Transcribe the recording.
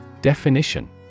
Definition